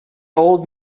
old